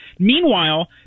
Meanwhile